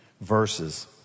verses